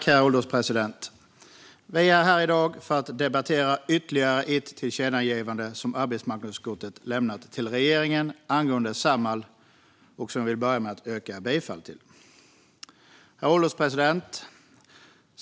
Herr ålderspresident! Vi är här i dag för att debattera ytterligare ett tillkännagivande till regeringen, som arbetsmarknadsutskottet har lämnat förslag om, angående Samhall. Jag vill börja med att yrka bifall till förslaget. Herr ålderspresident!